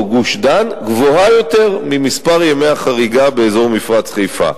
גוש-דן גבוה יותר ממספר ימי החריגה באזור מפרץ חיפה.